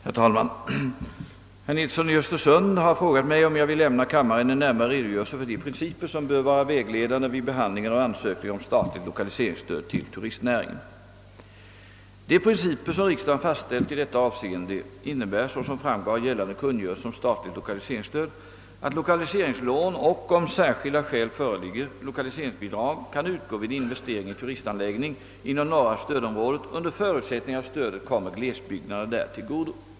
Herr talman! Herr Nilsson i Östersund har frågat mig, om jag vill lämna kammaren en närmare redogörelse för de principer som bör vara vägledande vid behandlingen av ansökningar om statligt lokaliseringsstöd till turistnäringen. De principer som riksdagen fastställt i detta avseende innebär såsom framgår av gällande kungörelse om statligt 1okaliseringsstöd, att lokaliseringslån och, om särskilda skäl föreligger, lokaliseringsbidrag kan utgå vid investering i turistanläggning inom norra stödområdet under förutsättning att stödet kommer glesbygderna där till godo.